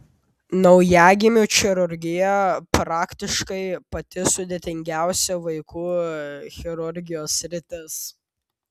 naujagimių chirurgija praktiškai pati sudėtingiausia vaikų chirurgijos sritis